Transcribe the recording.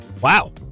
Wow